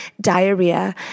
diarrhea